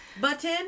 button